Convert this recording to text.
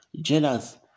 jealous